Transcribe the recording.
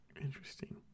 Interesting